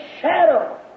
shadow